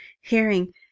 hearing